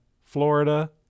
Florida